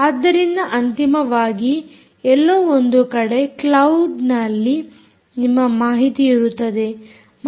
ಆದ್ದರಿಂದ ಅಂತಿಮವಾಗಿ ಎಲ್ಲೋ ಒಂದು ಕಡೆ ಕ್ಲೌಡ್ನಲ್ಲಿ ನಿಮ್ಮ ಮಾಹಿತಿಯಿರುತ್ತದೆ